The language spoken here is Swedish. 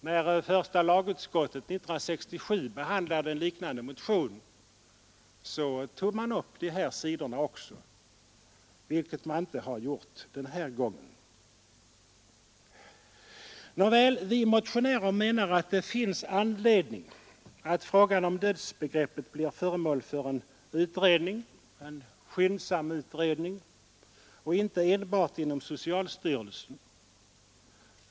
När första lagutskottet 1967 behandlade en liknande motion tog man upp också dessa synpunkter, vilket socialut Nr 127 skottet underlåtit den här gången. Onsdagen den Vi motionärer menar att det finns anledning till att frågan om 29-Hovember:1972 dödsbegreppet blir föremål för en skyndsam utredning och inte enbart —— inom socialstyrelsen.